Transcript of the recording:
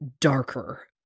darker